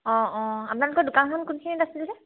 অঁ অঁ আপোনালোকৰ দোকানখন কোনখিনিত আছিল যে